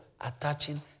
attaching